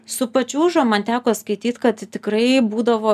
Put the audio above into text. su pačiūžom man teko skaityt kad tikrai būdavo